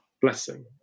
blessing